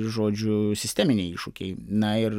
žodžiu sisteminiai iššūkiai na ir